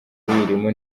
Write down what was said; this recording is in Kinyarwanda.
uyirimo